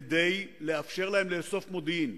כדי לאפשר להם לאסוף מודיעין.